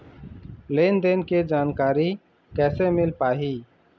लेन देन के जानकारी कैसे मिल पाही?